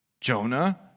Jonah